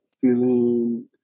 feeling